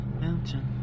Mountain